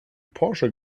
porsche